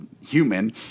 human